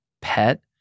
Pet